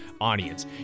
audience